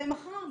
ומחר,